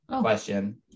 question